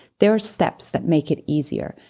there are steps that make it easier.